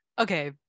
Okay